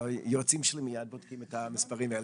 היועצים שלי מיד בודקים את המספרים האלה.